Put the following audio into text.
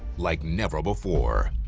like never before.